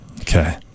Okay